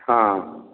ହଁ